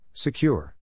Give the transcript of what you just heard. Secure